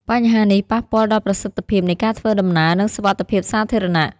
បញ្ហានេះប៉ះពាល់ដល់ប្រសិទ្ធភាពនៃការធ្វើដំណើរ និងសុវត្ថិភាពសាធារណៈ។